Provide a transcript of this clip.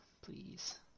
Please